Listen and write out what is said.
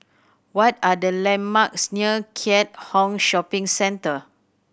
what are the landmarks near Keat Hong Shopping Centre